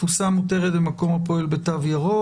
תפוסה מותרת במקום הפועל בתו ירוק.